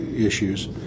issues